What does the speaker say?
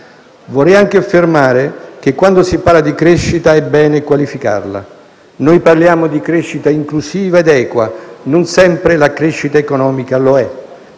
Vorrei anche affermare che quando si parla di crescita è bene qualificarla: noi parliamo di crescita inclusiva ed equa. Non sempre la crescita economica lo è.